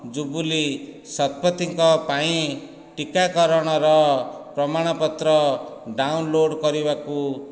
jubilee ଶତପଥୀଙ୍କ ପାଇଁ ଟିକାକରଣର ପ୍ରମାଣପତ୍ର ଡାଉନଲୋଡ଼୍ କରିବାକୁ